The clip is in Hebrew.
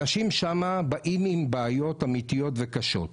אנשים שם באים עם בעיות אמיתיות וקשות.